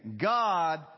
god